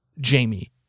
Jamie